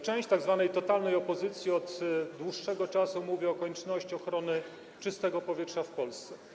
Część tzw. totalnej opozycji od dłuższego czasu mówi o konieczności ochrony czystego powietrza w Polsce.